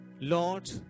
Lord